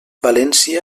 valència